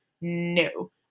No